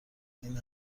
عین